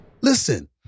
Listen